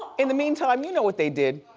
in the meantime, you know what they did.